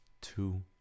two